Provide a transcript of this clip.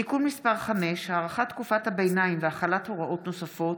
(תיקון מס' 5) (הארכת תקופת הביניים והחלת הוראות נוספות),